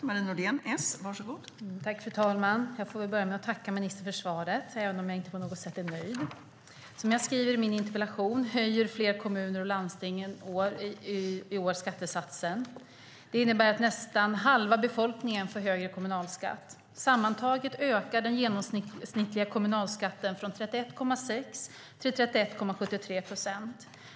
Fru talman! Jag får börja med att tacka ministern för svaret, även om jag inte på något sätt är nöjd. Som jag skriver i min interpellation höjer fler kommuner och landsting i år skattesatsen. Det innebär att nästan halva befolkningen får högre kommunalskatt. Sammantaget ökar den genomsnittliga kommunalskatten från 31,6 till 31,73 procent.